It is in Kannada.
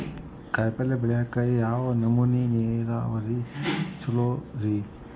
ಕಾಯಿಪಲ್ಯ ಬೆಳಿಯಾಕ ಯಾವ್ ನಮೂನಿ ನೇರಾವರಿ ಛಲೋ ರಿ?